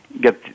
get